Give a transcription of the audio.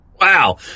Wow